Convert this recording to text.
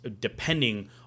depending